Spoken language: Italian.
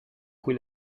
cui